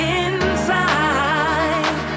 inside